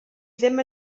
ddim